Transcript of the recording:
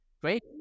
Great